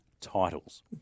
titles